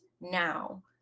now